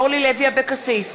אורלי לוי אבקסיס,